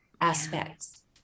aspects